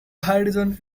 hydrogen